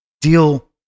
deal